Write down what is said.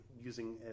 using